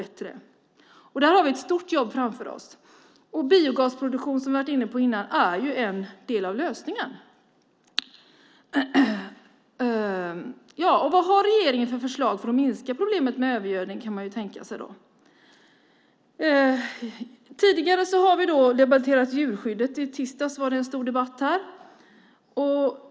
Där har vi ett stort jobb framför oss. Biogasproduktion är en del av lösningen, som vi har varit inne på tidigare. Vad har regeringen för förslag för att minska problemet med övergödning? Det kan man fråga sig. Tidigare har vi debatterat djurskyddet. I tisdags hade vi en stor debatt här.